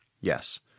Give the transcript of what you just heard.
Yes